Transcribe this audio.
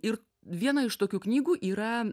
ir viena iš tokių knygų yra